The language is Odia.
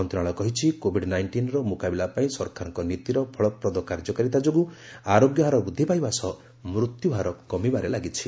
ମନ୍ତ୍ରଣାଳୟ କହିଛି କୋବିଡ ନାଇଷ୍ଟିନ୍ର ମୁକାବିଲା ପାଇଁ ସରକାରଙ୍କ ନୀତିର ଫଳପ୍ରଦ କାର୍ଯ୍ୟକାରୀତା ଯୋଗୁଁ ଆରୋଗ୍ୟ ହାର ବୃଦ୍ଧି ପାଇବା ସହ ମୃତ୍ୟୁହାର କମିବାରେ ଲାଗିଛି